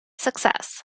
success